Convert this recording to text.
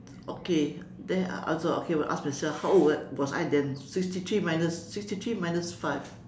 okay there also okay must ask myself how old was I then sixty three minus sixty three minus five